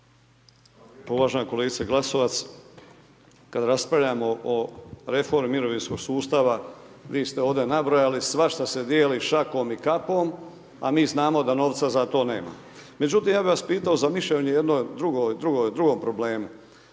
Uvažena kolegice Glasovac, kada raspravljamo o reformi mirovinskog sustava, vi ste ovdje nabrojali, svašta se dijeli šakom i kapom a mi znamo da novca za to nema. Međutim, ja bi vas pitao za mišljenje o jednom drugom problemu.